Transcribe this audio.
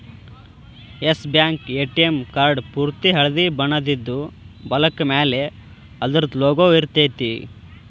S Bank ATM card ಪೂರ್ತಿ ಹಳ್ದಿ ಬಣ್ಣದಿದ್ದು, ಬಲಕ್ಕ ಮ್ಯಾಲೆ ಅದರ್ದ್ ಲೊಗೊ ಇರ್ತೆತಿ